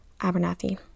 Abernathy